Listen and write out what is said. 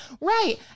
Right